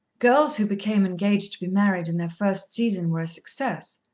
girls who became engaged to be married in their first season were a success,